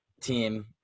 team